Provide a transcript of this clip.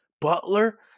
Butler